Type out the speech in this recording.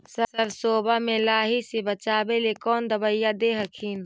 सरसोबा मे लाहि से बाचबे ले कौन दबइया दे हखिन?